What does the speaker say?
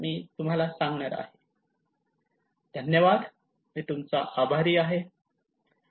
धन्यवाद मी तूमचा आभारी आहे